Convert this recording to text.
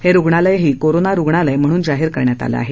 हे रुग्णालायही कोरोना रुग्णालय म्हणून जाहीर करण्यात आलं आहे